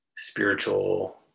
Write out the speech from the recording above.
spiritual